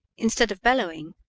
instead of bellowing,